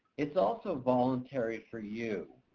it's also voluntary for you.